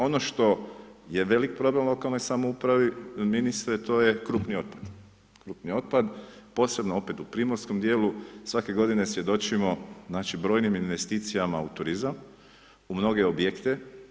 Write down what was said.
Ono što je velik problem u lokalnoj samoupravi, ministre to je krupni otpad, krupni otpad, posebno opet u primorskom dijelu, svake godine svjedočimo znači brojnim investicijama u turizam, u mnoge objekte.